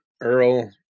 Earl